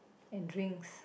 and drinks